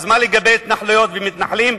אז מה לגבי התנחלויות ומתנחלים?